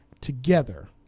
together